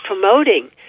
promoting